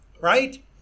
Right